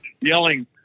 yelling